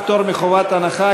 פטור מחובת הנחה,